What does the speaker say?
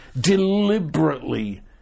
deliberately